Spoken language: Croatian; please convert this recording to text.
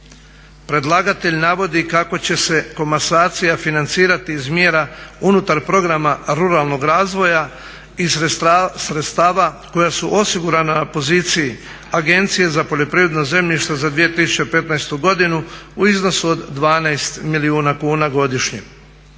Predlagatelj navodi kako će se komasacija financirati iz mjera unutar programa ruralnog razvoja i sredstava koja su osigurana na poziciji Agencije za poljoprivredno zemljište za 2015.godinu u iznosu od 12 milijuna kuna godišnje,